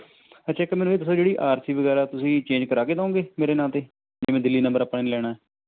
ਅੱਛਾ ਇੱਕ ਮੈਨੂੂੰ ਇਹ ਦੱਸੋ ਜਿਹੜੀ ਆਰ ਸੀ ਵਗੈਰਾ ਤੁਸੀਂ ਚੇਂਜ ਕਰਵਾ ਕੇ ਦਿਉਂਗੇ ਮੇਰੇ ਨਾਂ 'ਤੇ ਜਿਵੇਂ ਦਿੱਲੀ ਨੰਬਰ ਆਪਾਂ ਨੇ ਲੈਣਾ